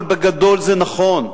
אבל בגדול זה נכון,